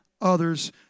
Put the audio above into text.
others